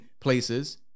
places